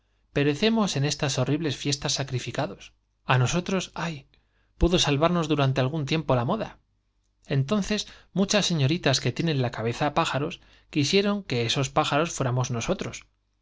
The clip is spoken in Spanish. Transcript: sombreros en estas horribles fiestas sacrificados perecemos a nosotros i ay pudo salvarnos durante algún tiempo la moda entonces muchas señoritas que tienen fuéra la cabeza á pájaros quisieron que esos pájaros mos nosotros